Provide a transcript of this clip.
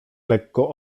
lekko